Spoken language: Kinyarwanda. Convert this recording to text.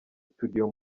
studio